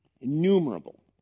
innumerable